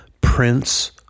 Prince